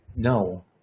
No